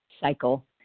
cycle